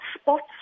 spots